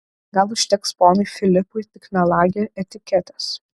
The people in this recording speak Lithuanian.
gal užteks ponui filipui tik melagio etiketės